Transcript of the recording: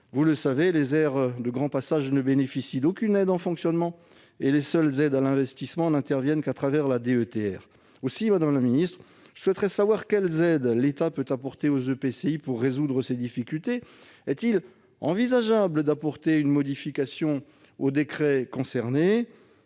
Vous le savez, les aires de grand passage ne bénéficient d'aucune aide en fonctionnement et les seules aides à l'investissement n'interviennent qu'à travers la DETR. En conséquence, quelles aides l'État peut-il apporter aux EPCI pour résoudre ces difficultés ? Est-il envisageable d'apporter une modification au décret concerné ?